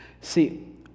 See